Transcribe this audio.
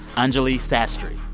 anjuli sastry.